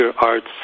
arts